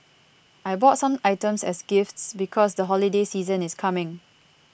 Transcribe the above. I bought some items as gifts because the holiday season is coming